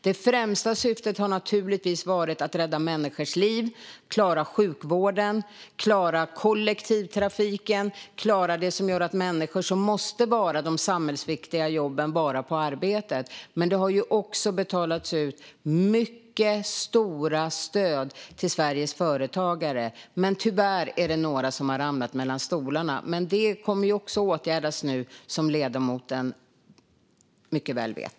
Det främsta syftet har naturligtvis varit att rädda människors liv och att klara sjukvården, kollektivtrafiken och det som gör att människor som måste göra de samhällsviktiga jobben kan vara på arbetet. Det har ju också betalats ut mycket stora stöd till Sveriges företagare. Tyvärr är det några som har ramlat mellan stolarna. Det kommer dock att åtgärdas nu, som ledamoten mycket väl vet.